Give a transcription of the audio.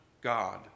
God